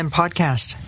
podcast